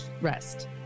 rest